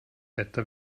wetter